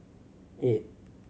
eight